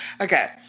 Okay